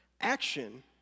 Action